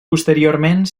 posteriorment